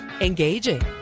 Engaging